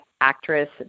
actress